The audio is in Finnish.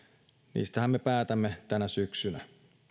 niistähän me päätämme tänä syksynä